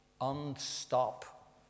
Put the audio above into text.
unstop